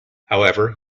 however